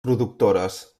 productores